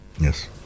Yes